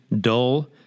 dull